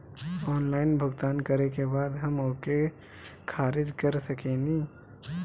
Online भुगतान करे के बाद हम ओके खारिज कर सकेनि?